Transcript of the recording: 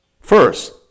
first